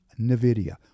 NVIDIA